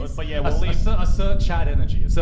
but yeah. well lisa, i searched chat energy. so